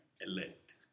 elect